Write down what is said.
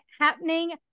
happening